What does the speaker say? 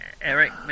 Eric